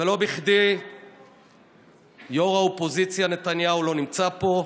לא בכדי ראש האופוזיציה נתניהו לא נמצא פה,